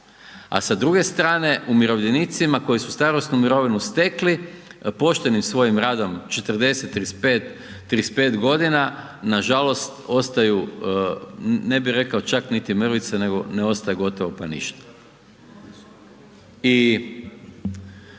a sa druge strane umirovljenicima koji su starosnu mirovinu stekli poštenim svojim radom 40., 35., 35.g. nažalost ostaju, ne bi rekao čak niti mrvice, ne ostaje gotovo pa ništa. I